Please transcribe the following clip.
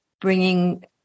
bringing